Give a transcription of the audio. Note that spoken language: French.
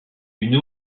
une